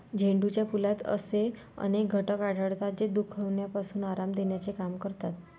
झेंडूच्या फुलात असे अनेक घटक आढळतात, जे दुखण्यापासून आराम देण्याचे काम करतात